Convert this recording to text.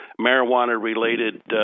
marijuana-related